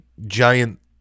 giant